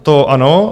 To ano.